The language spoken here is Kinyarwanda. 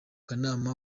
kanama